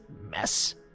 mess